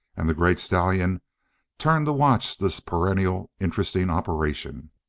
and the great stallion turned to watch this perennially interesting operation.